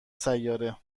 سیاره